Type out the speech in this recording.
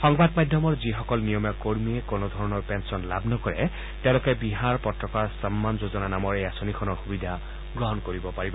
সংবাদ মাধ্যমৰ যিসকল নিয়মীয়া কৰ্মীয়ে কোনো ধৰণৰ পেঞ্চন লাভ নকৰে তেওঁলোকে বিহাৰ পত্ৰকাৰ সন্মান যোজনা নামৰ এই আঁচনিখনৰ সুবিধা গ্ৰহণ কৰিব পাৰিব